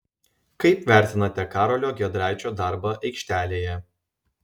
kaip vertinate karolio giedraičio darbą aikštelėje